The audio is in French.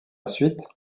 suite